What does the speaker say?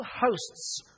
hosts